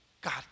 God